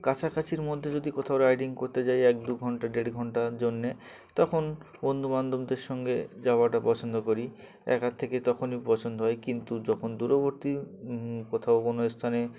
কাছাকাছির মধ্যে যদি কোথাও রাইডিং করতে যাই এক দু ঘণ্টা দেড় ঘণ্টার জন্যে তখন বন্ধুবান্ধবদের সঙ্গে যাওয়াটা পছন্দ করি একার থেকে তখনই পছন্দ হয় কিন্তু যখন দূরবর্তী কোথাও কোনো স্থানে